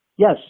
Yes